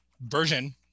version